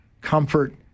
comfort